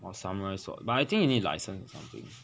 or samurai sword but I think you need license or something